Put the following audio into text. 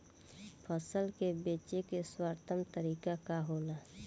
फसल के बेचे के सर्वोत्तम तरीका का होला?